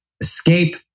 Escape